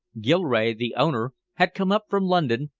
gilrae, the owner, had come up from london,